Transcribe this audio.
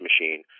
machine